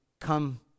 come